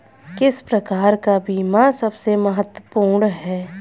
किस प्रकार का बीमा सबसे महत्वपूर्ण है?